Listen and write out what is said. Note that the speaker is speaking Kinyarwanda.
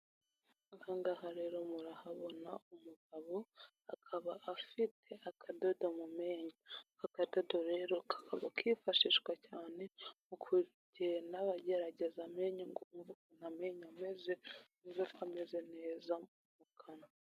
Aha ngaha rero murahabona umugabo, akaba afite akadodo mu menyo, aka kadodo rero kakaba kifashishwa cyane, mu kugenda bgerageza amenyo ngo bumve ukuntu amenyo ameze, bumve ko ameze neza mu kanwa.